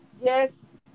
yes